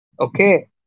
okay